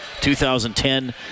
2010